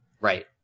Right